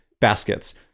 baskets